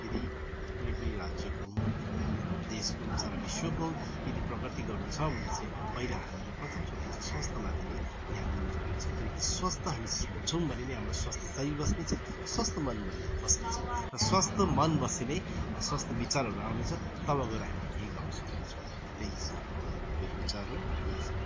यदि कुनै पनि राज्यको हुँ है कुनै पनि देशको सारा विश्वको यदि प्रगति गर्नु छ भने चाहिँ पहिला हामीले प्रथमचोटि चाहिँ स्वास्थ्यमाथि नै ध्यान दिनु जरुरी छ किनकि स्वस्थ हामी छौँ भने नै हाम्रो स्वस्थ शरीर बस्नेछ स्वस्थ मन भने बस्नेछ र स्वस्थ मन बसे नै स्वस्थ विचारहरू आउने छ तब गएर हामीले केही गर्न सक्नेछौँ त्यही छ र मेरो विचार हो यहीँ समाप्त